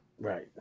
Right